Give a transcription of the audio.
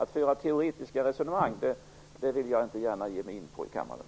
Några teoretiska resonemang vill jag inte gärna ge mig in på i kammaren.